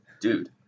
dude